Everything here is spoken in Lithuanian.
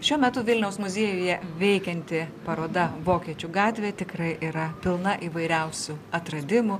šiuo metu vilniaus muziejuje veikianti paroda vokiečių gatvė tikrai yra pilna įvairiausių atradimų